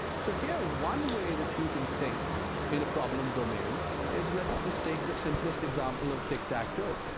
so here one way that you can think in a problem domain is, let's just take the simplest example of tic-tac-toe.